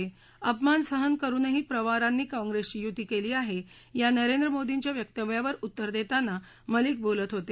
अपमान सहन करुनही पवारांनी काँग्रेसशी युती केली आहे या नरेंद्र मोदींच्या व्यक्तव्यावर उत्तर देताना मलिक बोलत होते